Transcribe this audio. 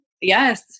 yes